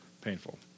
painful